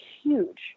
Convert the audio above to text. huge